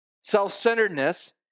self-centeredness